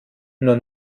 nur